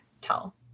tell